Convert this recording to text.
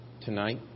tonight